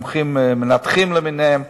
מומחים מנתחים למיניהם,